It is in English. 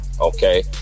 okay